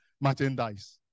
merchandise